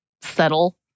settle